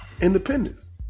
independence